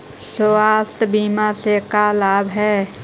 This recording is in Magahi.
स्वास्थ्य बीमा से का लाभ है?